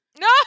No